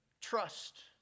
trust